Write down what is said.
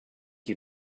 you